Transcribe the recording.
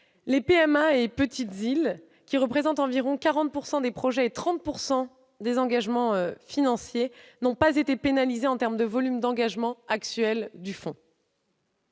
et les petites îles, qui représentent environ 40 % des projets et 30 % des engagements financiers, n'ont pas été pénalisés en termes de volume d'engagements.